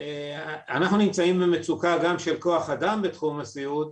אנחנו נמצאים במצוקה גם של כוח אדם בתחום הסיעוד.